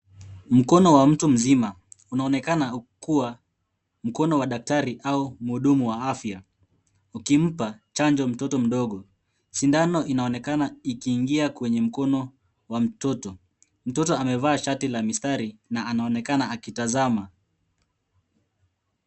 Mkono wa mtu mzima unaonekana kuwa mkono wa daktari au mhudumu wa afya, ukimpa chanjo mtoto mdogo. Sindano inaonekana ikiingia kwenye mkono wa mtoto. Mtoto amevaa shati la mistari na anaonekana akitazama.